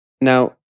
Now